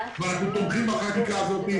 ואנחנו תומכים בחקיקה הזאת,